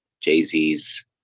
Jay-Z's